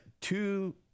two